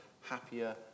happier